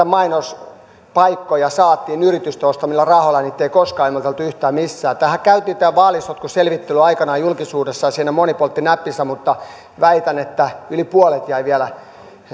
mainospaikkoja saatiin yritysten ostamilla rahoilla niitä ei koskaan ilmoiteltu yhtään missään tämä vaalisotkuselvittelyhän käytiin aikanaan julkisuudessa ja siinä moni poltti näppinsä mutta väitän että yli puolet jäi vielä